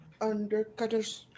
Undercutters